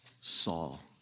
Saul